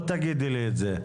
את לא תגידי לי את זה.